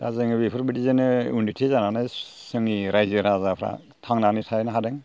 दा जोङो बेफोरबायदिजोंनो उन्न'थि जानानै जोंनि रायजो राजाफोरा थांनानै थानो हादों